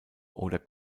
oder